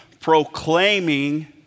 proclaiming